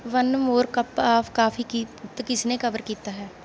one more cup of coffee ਗੀਤ ਕਿਸਨੇ cover ਕੀਤਾ ਹੈ